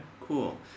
cool